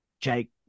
Jake